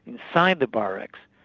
inside the barracks.